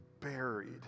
buried